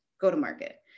go-to-market